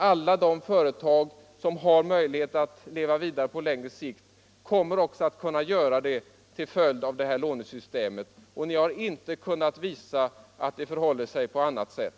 Alla de företag som har möjligheter att leva vidare på längre sikt kommer också att kunna göra det. Centern har inte kunnat visa att det förhåller sig på annat sätt.